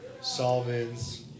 Solvents